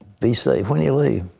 be safe. when do you leave?